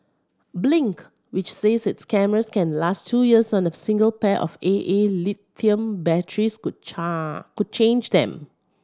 Blink which says its cameras can last two years on a single pair of A A lithium batteries could could change them